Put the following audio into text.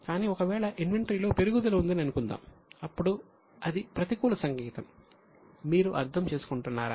కానీ ఒకవేళ ఇన్వెంటరీ లో పెరుగుదల ఉందని అనుకుందాం అప్పుడు అది ప్రతికూల సంకేతం మీరు అర్థం చేసుకుంటున్నారా